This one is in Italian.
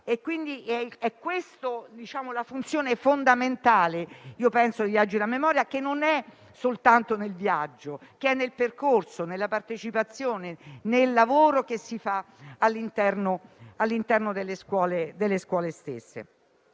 storia. È questa la funzione fondamentale dei viaggi della memoria, che risiede non soltanto nel viaggio, ma anche nel percorso, nella partecipazione, nel lavoro che si fa all'interno delle scuole stesse.